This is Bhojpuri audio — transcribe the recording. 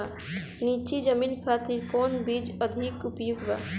नीची जमीन खातिर कौन बीज अधिक उपयुक्त बा?